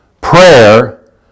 prayer